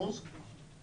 1%?